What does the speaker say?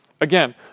Again